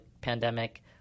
pandemic